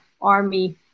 army